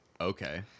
Okay